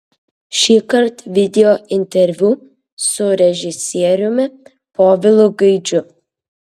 šįkart videointerviu su režisieriumi povilu gaidžiu